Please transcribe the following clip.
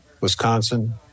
Wisconsin